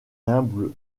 humbles